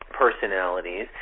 personalities